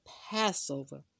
Passover